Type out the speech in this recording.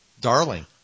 Darling